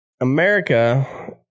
America